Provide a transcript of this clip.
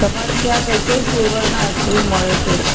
તમારે ત્યાં કઈ કઈ ફ્લેવરના આઈસક્રીમ મળે છે